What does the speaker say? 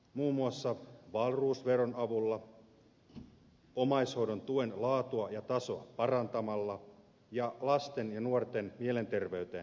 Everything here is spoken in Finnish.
muun muassa wahlroos veron avulla omaishoidon tuen laatua ja tasoa parantamalla ja lasten ja nuorten mielenterveyteen panostamalla